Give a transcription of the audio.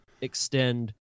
extend